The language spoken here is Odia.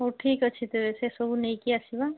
ହଉ ଠିକ୍ ଅଛି ତେବେ ସେସବୁ ନେଇକି ଆସିବା